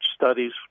studies